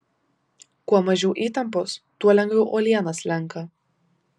kuo mažiau įtampos tuo lengviau uoliena slenka